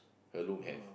her room have